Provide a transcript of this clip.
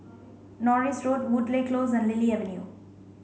Norris Road Woodleigh Close and Lily Avenue